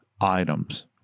items